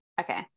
okay